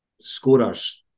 Scorers